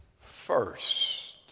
first